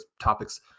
topics